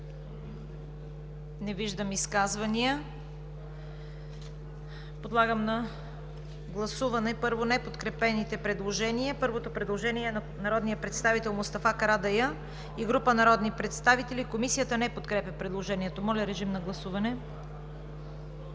Не виждам изказвания. Подлагам на гласуване, първо, неподкрепените предложения. Първото предложение е на народния представител Мустафа Карадайъ и група народни представители. Комисията не подкрепя предложението. Гласували